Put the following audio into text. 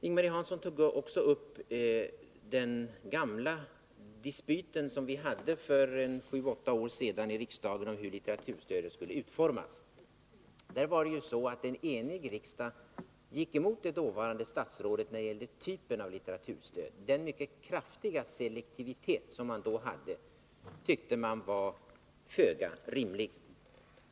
Ing-Marie Hansson tog också upp den gamla dispyt vi hade för sju åtta år sedan i riksdagen om hur litteraturstödet skulle utformas. En enig riksdag gick då emot det dåvarande statsrådet när det gällde typen av litteraturstöd. Den mycket kraftiga selektivitet förslaget då hade tyckte man var föga rimlig.